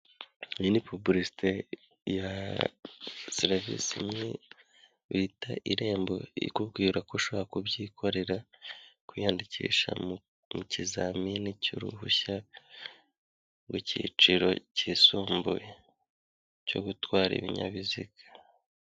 Iyi ni pubulisite ya serivisi imwe bita irembo ikubwira ko ushaka kubyikorera kwiyandikisha mu kizamini cy'uruhushya rwicyiciro cyisumbuye cyo gutwara ibinyabiziga.